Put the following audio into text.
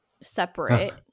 separate